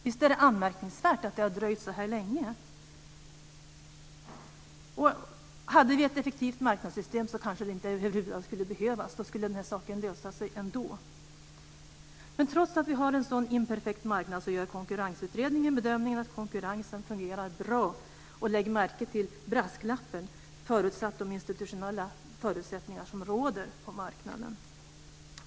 Visst är det anmärkningsvärt att det har dröjt så här länge! Hade vi ett effektivt marknadssystem så kanske det inte över huvud taget skulle behövas. Då skulle den här saken lösa sig ändå. Trots att vi har en sådan imperfekt marknad gör Konkurrensutredningen bedömningen att konkurrensen fungerar bra. Lägg märke till brasklappen: förutsatt de institutionella förutsättningar som råder på marknaden.